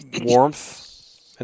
warmth